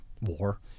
war